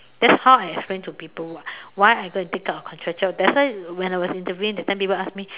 that's how I explain to people [what] why I go and take up a contract job that's why when I was interviewing that time people ask me